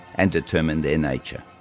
and determine their nature.